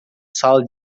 sala